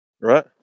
Right